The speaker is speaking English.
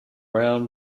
brown